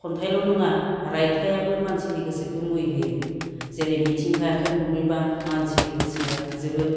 खन्थाइल' नङा रायथाइआबो मानसिनि गोसोखौ मुहि होयो जेरै मिथिंगाखो नुबोयोब्ला मानसिनि गोसोआ जोबोद